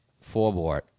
forward